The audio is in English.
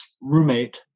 roommate